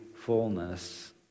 fullness